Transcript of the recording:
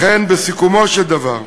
לכן, בסיכומו של דבר,